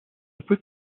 peut